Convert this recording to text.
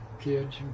Kids